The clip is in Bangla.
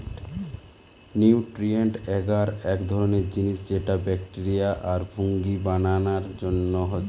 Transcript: নিউট্রিয়েন্ট এগার এক ধরণের জিনিস যেটা ব্যাকটেরিয়া আর ফুঙ্গি বানানার জন্যে হচ্ছে